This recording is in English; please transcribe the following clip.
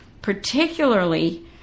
particularly